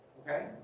okay